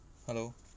hello